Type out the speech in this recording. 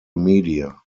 media